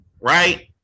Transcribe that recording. right